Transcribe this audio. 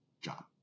job